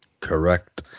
Correct